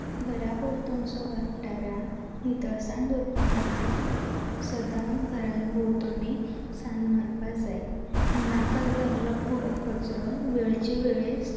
घराभोंवतणचो वाठारांत नितळसाण दवरपा खातीर सदांच घरा भोंवतणी साण्ण मारपाक जाय नाका जाल्लो कुडो कचरो वेळेचे वेळेर